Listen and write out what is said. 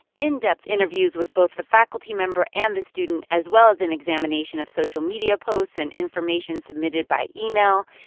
in-depth interviews with both the faculty member and the student, as well as an examination of social media posts and information submitted by email,